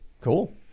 Cool